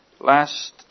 Last